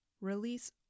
Release